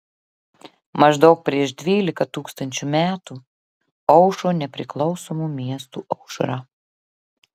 maždaug prieš dvylika tūkstančių metų aušo nepriklausomų miestų aušra